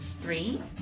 Three